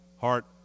heart